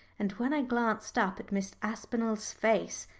and when i glanced up at miss aspinall's face,